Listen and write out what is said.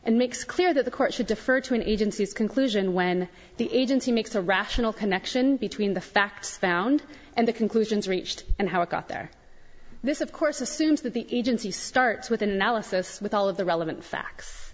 and makes clear that the court should defer to an agency's conclusion when the agency makes a rational connection between the facts found and the conclusions reached and how it got there this of course assumes that the agency starts with an analysis with all of the relevant facts